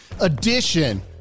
edition